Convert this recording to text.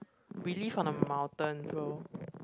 we live on the mountain though